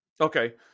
Okay